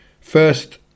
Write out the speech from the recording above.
First